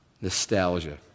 nostalgia